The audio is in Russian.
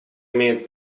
имеет